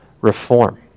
reform